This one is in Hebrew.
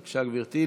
בבקשה, גברתי.